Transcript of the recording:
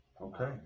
Okay